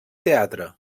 teatre